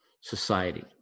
society